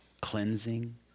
cleansing